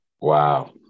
Wow